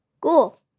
Cool